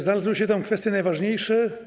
Znalazły się tam kwestie najważniejsze.